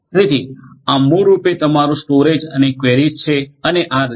તેથી આ મૂળરૂપે તમારું સ્ટોરેજ અને ક્વેરી છે અને આ રીતે